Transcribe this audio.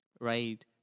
Right